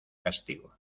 castigo